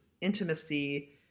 intimacy